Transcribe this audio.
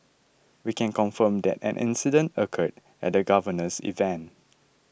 we can confirm that an incident occurred at the Governor's event